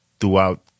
Throughout